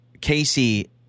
Casey